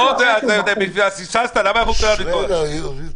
פספסת, למה כל הוויכוח?